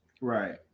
Right